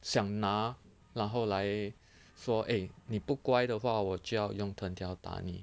想拿那后来 for eh 你不乖的话我就要用藤条打你